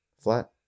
Flat